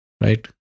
Right